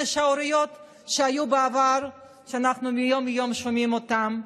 שערוריות שהיו בעבר ושאנחנו שומעים אותן יום-יום.